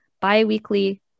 bi-weekly